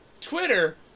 Twitter